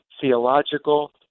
theological